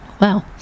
Wow